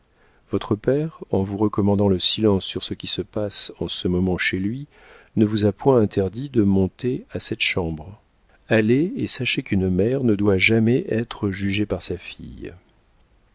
votre père en vous recommandant le silence sur ce qui se passe en ce moment chez lui ne vous a point interdit de monter à cette chambre allez et sachez qu'une mère ne doit jamais être jugée par sa fille